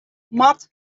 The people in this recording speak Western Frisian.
moat